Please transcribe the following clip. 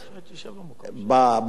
בעולם הזה,